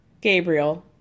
Gabriel